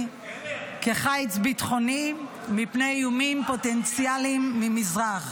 כחיץ ביטחוני מפני איומים פוטנציאליים ממזרח,